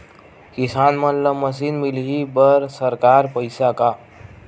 किसान मन ला मशीन मिलही बर सरकार पईसा का?